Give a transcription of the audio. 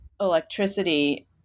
electricity